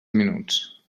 minuts